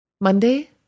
Monday